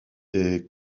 est